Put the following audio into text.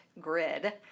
grid